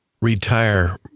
retire